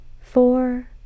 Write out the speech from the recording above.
four